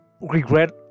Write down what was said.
regret